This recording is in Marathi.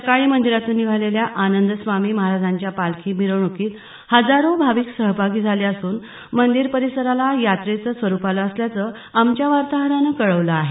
सकाळी मंदिरातून निघालेल्या आनंदी स्वामी महारांच्या पालखी मिरवणुकीत हजारो भाविक सहभागी झाले असून मंदिर परिसराला यात्रेचे स्वरुप आलं असल्याचं आमच्या वार्ताहरानं कळवलं आहे